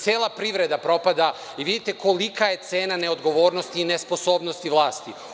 Cela privreda propada i vidite kolika je cena neodgovornosti i nesposobnosti vlasti.